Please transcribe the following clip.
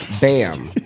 Bam